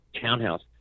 townhouse